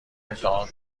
امتحان